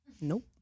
Nope